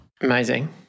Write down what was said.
Amazing